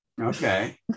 Okay